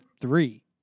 three